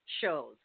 shows